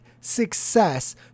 success